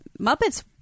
Muppets